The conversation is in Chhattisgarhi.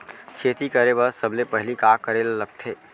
खेती करे बर सबले पहिली का करे ला लगथे?